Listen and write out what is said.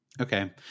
Okay